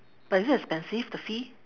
but is it expensive the fee